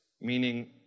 meaning